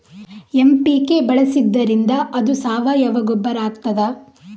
MPK ಬಳಸಿದ್ದರಿಂದ ಅದು ಸಾವಯವ ಗೊಬ್ಬರ ಆಗ್ತದ?